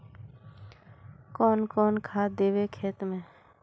कौन कौन खाद देवे खेत में?